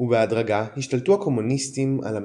ובהדרגה השתלטו הקומוניסטים על המדינה.